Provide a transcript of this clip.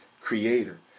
creator